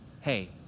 hey